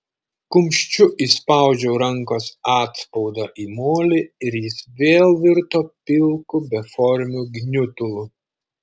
kumščiu įspaudžiau rankos atspaudą į molį ir jis vėl virto pilku beformiu gniutulu